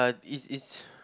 uh it's it's